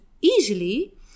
easily